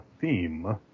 theme